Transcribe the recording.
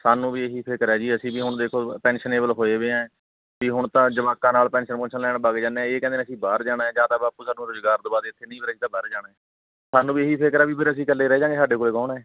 ਸਾਨੂੰ ਵੀ ਇਹੀ ਫਿਕਰ ਹੈ ਜੀ ਅਸੀਂ ਵੀ ਹੁਣ ਦੇਖੋ ਪੈਨਸ਼ਨਏਬਲ ਹੋਏ ਹੋਏ ਐਂ ਵੀ ਹੁਣ ਤਾਂ ਜਵਾਕਾਂ ਨਾਲ ਪੈਨਸ਼ਨ ਪੁਨਸ਼ਨ ਲੈਣ ਵਗ ਜਾਂਦੇ ਇਹ ਕਹਿੰਦੇ ਨੇ ਅਸੀਂ ਬਾਹਰ ਜਾਣਾ ਜਾਂ ਤਾਂ ਬਾਪੂ ਸਾਨੂੰ ਰੁਜ਼ਗਾਰ ਦਵਾ ਦੇ ਇੱਥੇ ਨਹੀਂ ਫਿਰ ਅਸੀਂ ਤਾਂ ਬਾਹਰ ਜਾਣਾ ਸਾਨੂੰ ਵੀ ਇਹੀ ਫਿਕਰ ਆ ਵੀ ਫਿਰ ਅਸੀਂ ਇਕੱਲੇ ਰਹਿ ਜਾਵਾਂਗੇ ਸਾਡੇ ਕੋਲ ਕੌਣ ਹੈ